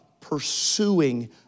pursuing